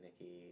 Nikki